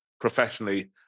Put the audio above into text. professionally